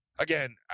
again